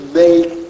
make